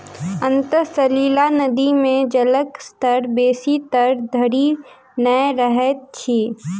अंतः सलीला नदी मे जलक स्तर बेसी तर धरि नै रहैत अछि